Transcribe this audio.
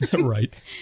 Right